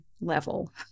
level